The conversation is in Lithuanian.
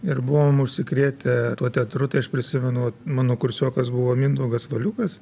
ir buvom užsikrėtę tuo teatru tai aš prisimenu mano kursiokas buvo mindaugas valiukas